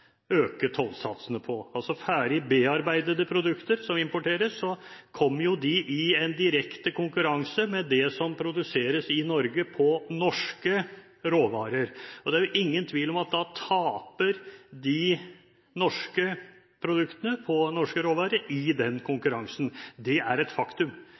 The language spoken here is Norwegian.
øke tollsatsene for – ferdig bearbeidede produkter, som vi importerer – kommer de i direkte konkurranse med et som produseres i Norge av norske råvarer. Det er ingen tvil om at da taper de norske produktene, laget av norske råvarer, i den konkurransen. Det er et faktum.